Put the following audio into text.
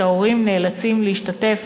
ההורים נאלצים להשתתף